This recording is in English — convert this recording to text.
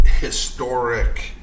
historic